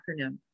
acronym